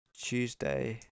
Tuesday